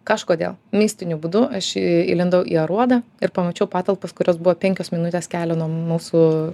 kažkodėl mistiniu būdu aš į įlindau į aruodą ir pamačiau patalpas kurios buvo penkios minutės kelio nuo mūsų